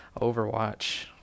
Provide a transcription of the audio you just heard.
Overwatch